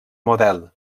model